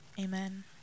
Amen